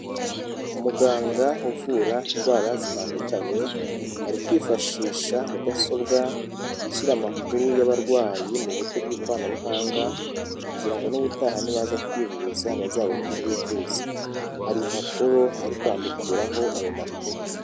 Umuganga uvura indwara zitandukanye ari kwifashisha mudasobwa ashyira amakuru y'abarwayi mu buryo bw'ikoranabuhanga kugira ngo n'ubutaha nibaza kwivuza bazabone uko bivuza, hari impapuro ari kwandukuraho ayo makuru.